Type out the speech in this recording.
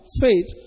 faith